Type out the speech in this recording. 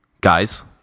guys